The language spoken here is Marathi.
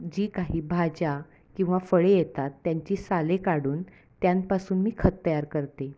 जी काही भाज्या किंवा फळे येतात त्यांची साले काढून त्यापासून मी खत तयार करते